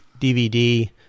DVD